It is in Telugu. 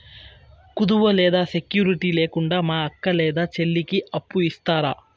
కుదువ లేదా సెక్యూరిటి లేకుండా మా అక్క లేదా చెల్లికి అప్పు ఇస్తారా?